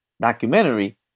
documentary